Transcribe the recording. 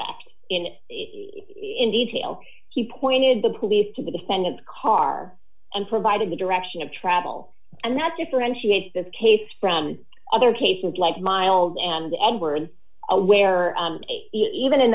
in it in detail he pointed the police to the defendant's car and provided the direction of travel and that differentiates this case from other cases like miles and edward where even in